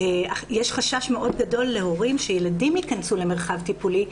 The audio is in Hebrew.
יש חשש מאוד גדול להורים שילדים ייכנסו למרחב טיפולי,